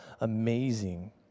amazing